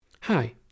Hi